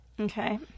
Okay